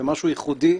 זה משהו ייחודי.